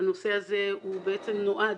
הנושא הזה בעצם נועד,